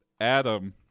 Adam